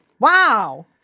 Wow